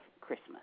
Christmas